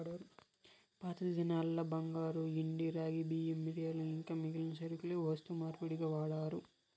పాతదినాల్ల బంగారు, ఎండి, రాగి, బియ్యం, మిరియాలు ఇంకా మిగిలిన సరకులే వస్తు మార్పిడిగా వాడారు